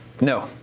No